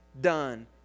done